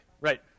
right